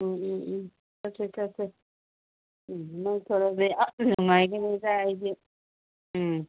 ꯎꯝ ꯎꯝ ꯎꯝ ꯆꯠꯁꯦ ꯆꯠꯁꯦ ꯎꯝ ꯅꯪ ꯊꯣꯔꯛꯑꯗꯤ ꯑꯁ ꯅꯨꯡꯉꯥꯏꯒꯅꯤꯗ ꯑꯩꯗꯤ ꯎꯝ